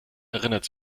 erinnert